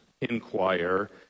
inquire